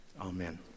Amen